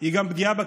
היא גם פגיעה בכלכלה,